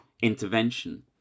intervention